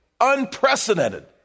unprecedented